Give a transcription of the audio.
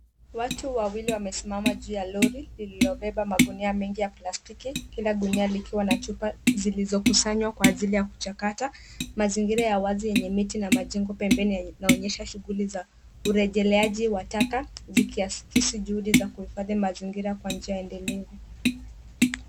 Watu wawili wamesimama juu ya lori lililobeba magunia mengi ya plastiki kila gunia likiwa na chupa zilizokusanywa kwa ajili ya kuchakata. Mazingira ya wazi yenye miti na majengo pembeni yanaonyesha shughuli za urejeleaji wa taka zikiakisi juhudi za uhifadhi mazingira kwa njia endelevu.